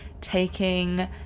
taking